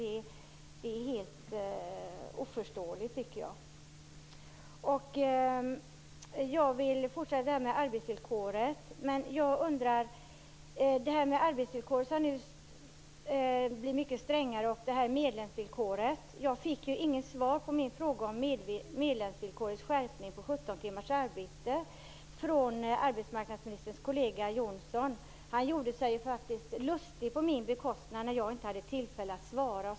Det är helt oförståeligt. Jag vill vidare ta upp arbetsvillkoret, som nu har blivit mycket strängare. Jag fick från arbetsmarknadsministerns kollega Ingvar Johnsson inte något svar på min fråga om skärpningen av medlemsvillkoret till 17 timmars arbete. Han gjorde sig faktiskt lustig på min bekostnad när jag inte hade tillfälle att svara.